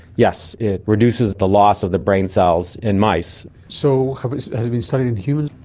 yes, it reduces the loss of the brain cells in mice. so has has it been studied in humans?